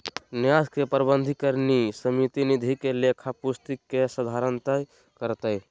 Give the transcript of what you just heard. न्यास के प्रबंधकारिणी समिति निधि के लेखा पुस्तिक के संधारण करतय